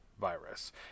virus